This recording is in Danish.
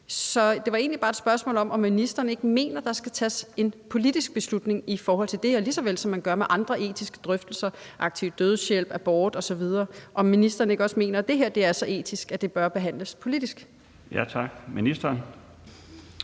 Så det var egentlig bare et spørgsmål om, om ministeren ikke mener, der skal tages en politisk beslutning i forhold til det her, lige såvel som man gør det med andre etiske drøftelser – aktiv dødshjælp, abort osv. – og om ministeren ikke også mener, at det her er så etisk, at det bør behandles politisk. Kl. 13:14 Den